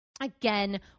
again